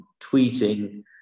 tweeting